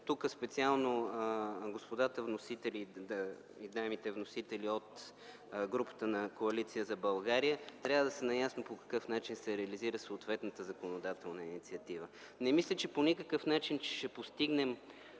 тук специално господата вносители от групата на Коалиция за България, трябва да са наясно по какъв начин се реализира съответната законодателна инициатива. Не мисля, че по някакъв начин ще постигнем